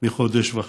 מחודש וחצי.